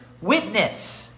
witness